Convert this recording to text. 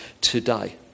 today